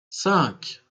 cinq